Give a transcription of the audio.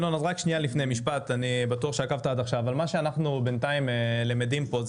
מה שאנו למדים פה,